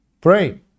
Pray